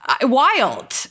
Wild